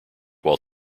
while